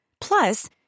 Plus